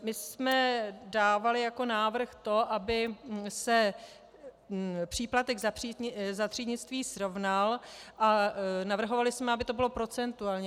My jsme dávali jako návrh to, aby se příplatek za třídnictví srovnal, a navrhovali jsme, aby to bylo procentuálně.